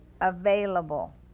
Available